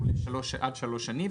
הוא עד שלוש שנים,